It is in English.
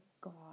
God